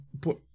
put